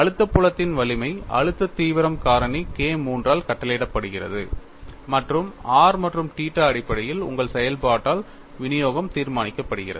அழுத்த புலத்தின் வலிமை அழுத்த தீவிரம் காரணி KIII ஆல் கட்டளையிடப்படுகிறது மற்றும் r மற்றும் தீட்டா அடிப்படையில் உங்கள் செயல்பாட்டால் விநியோகம் தீர்மானிக்கப்படுகிறது